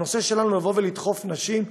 הנושא שלנו הוא לדחוף נשים,